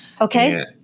Okay